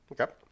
Okay